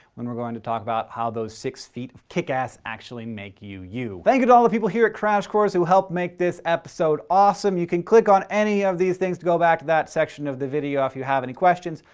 when we're going to talk about how those six feet of kick-ass actually makes you, you. thank you to all the people here at crash course who helped make this episode awesome. you can click on any of these things to go back to that section of the video. if you have any questions,